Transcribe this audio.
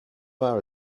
far